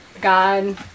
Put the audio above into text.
God